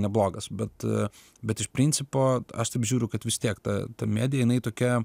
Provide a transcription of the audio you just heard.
neblogas bet bet iš principo aš taip žiūriu kad vis tiek ta medija jinai tokia